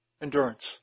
endurance